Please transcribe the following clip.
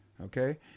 okay